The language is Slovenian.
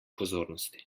pozornosti